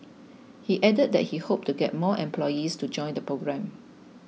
he added that he hoped to get more employees to join the programme